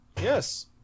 Yes